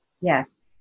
yes